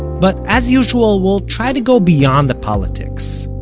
but as usual, we'll try to go beyond the politics,